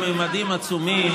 לממדים עצומים.